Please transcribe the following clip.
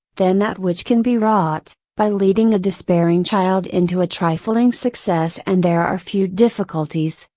than that which can be wrought, by leading a despairing child into a trifling success and there are few difficulties,